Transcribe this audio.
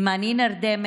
אם אני נרדמת,